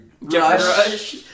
Rush